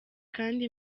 kandi